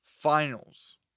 Finals